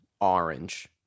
orange